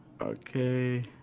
Okay